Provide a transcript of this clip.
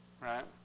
Right